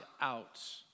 out